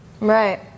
Right